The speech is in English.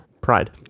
Pride